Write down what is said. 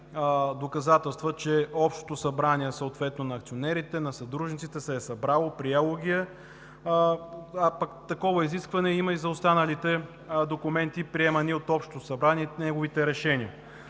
доказателства, че общото събрание съответно на акционерите, на съдружниците се е събрало, приело ги е, а пък такова изискване има и за останалите документи, приемани от общото събрание и неговите решения.